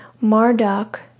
Marduk